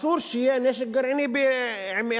אסור שיהיה נשק גרעיני באירן.